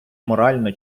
морально